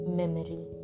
memory